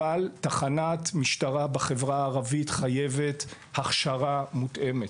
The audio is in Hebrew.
אבל תחנת משטרה בחברה הערבית חייבת הכשרה מותאמת.